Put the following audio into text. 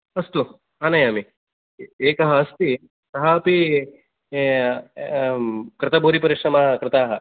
अस्तु आनयामि एकः अस्ति सः अपि कृतभूरिपरिश्रमः कृताः